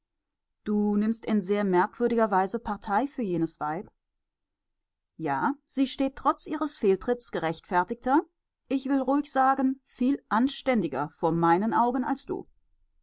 du nimmst in sehr merkwürdiger weise partei für jenes weib ja sie steht trotz ihres fehltritts gerechtfertigter ich will ruhig sagen viel anständiger vor meinen augen als du